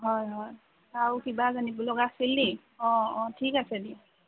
হয় হয় আৰু কিবা জানিব লগা আছিল নেকি অঁ অঁ ঠিক আছে দিয়া